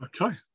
okay